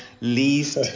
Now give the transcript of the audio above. least